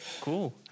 Cool